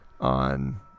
on